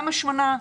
גם השמנה,